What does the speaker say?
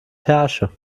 herrsche